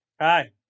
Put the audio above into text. Hi